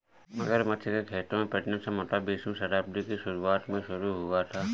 मगरमच्छ के खेतों में प्रजनन संभवतः बीसवीं शताब्दी की शुरुआत में शुरू हुआ था